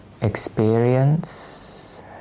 experience